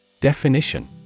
Definition